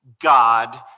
God